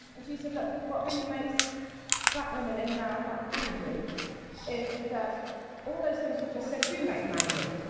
and she said look what really makes black women in america angry is that all those things you just said do make them angry.